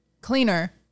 cleaner